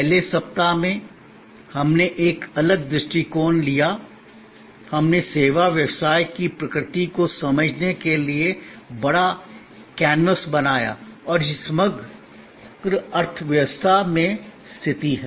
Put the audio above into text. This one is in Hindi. पहले सप्ताह में हमने एक अलग दृष्टिकोण लिया हमने सेवा व्यवसाय की प्रकृति को समझने के लिए बड़ा कैनवास बनाया और यह समग्र अर्थव्यवस्था में स्थिति है